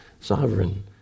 sovereign